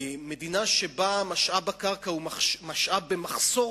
מדינה שבה משאב הקרקע הוא משאב במחסור